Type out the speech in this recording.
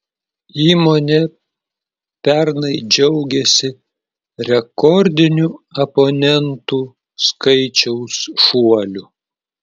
įmonė pernai džiaugėsi rekordiniu abonentų skaičiaus šuoliu